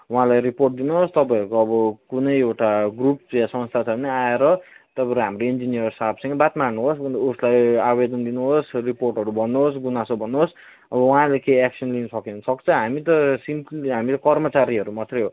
उहाँलाई रिपोर्ट दिनुहोस् तपाईँहरूको अब कुनै एउटा ग्रुप या संस्था छ भने आएर तपाईँहरू हाम्रो इन्जिनियर सापसँग बात मार्नुहोस् अन्त उसलाई आवेदन दिनुहोस् रिपोर्टहरू भन्नुहोस् गुनासो भन्नुहोस् अब उहाँले केहीँ एक्सन लिनु सक्यो भने सक्छ हामी त सिम्प्ली हामी त कर्मकारीहरू मात्रै हो